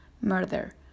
murder